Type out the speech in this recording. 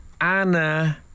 Anna